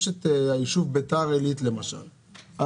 יש את היישוב ביתר עילית למשל,